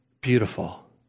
beautiful